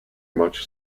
much